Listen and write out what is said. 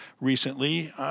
recently